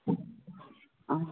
অঁ